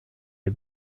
les